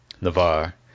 Navarre